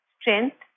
strength